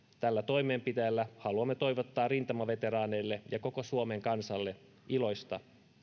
tällä toimenpiteellä haluamme toivottaa rintamaveteraaneille ja koko suomen kansalle iloista